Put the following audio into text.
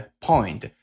point